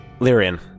Lyrian